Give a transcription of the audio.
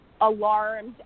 alarmed